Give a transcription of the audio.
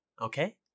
okay